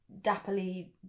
dappily